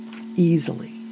easily